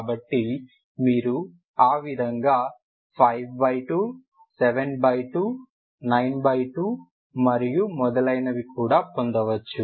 కాబట్టి మీరు ఆ విధంగా527292మరియు మొదలైనవి కూడా పొందవచ్చు